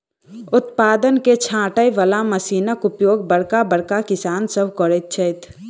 उत्पाद के छाँटय बला मशीनक उपयोग बड़का बड़का किसान सभ करैत छथि